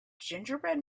gingerbread